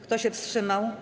Kto się wstrzymał?